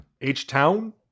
H-Town